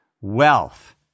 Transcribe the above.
Wealth